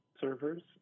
servers